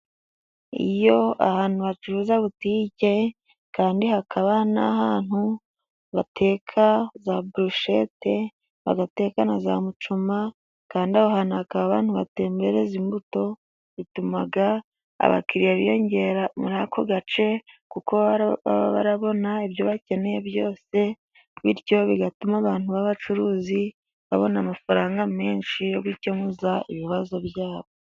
Iyo ahantu hacuruza butike, kandi hakaba n'ahantu bateka za brushete bagateka na za mucoma, kandi aho hantu hakaba abantu batembereza imbuto, bituma abakiriya biyongera muri ako gace kuko baba barabona ibyo bakeneye byose, bityo bigatuma abantu b'abacuruzi babona amafaranga menshi yo gukemuza ibibazo byabo.